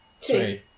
Two